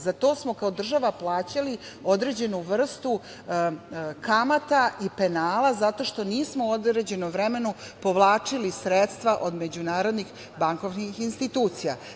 Za to smo kao država plaćali određenu vrstu kamata i penala, zato što nismo u određenom vremenu povlačili sredstva od međunarodnih bankovnih institucija.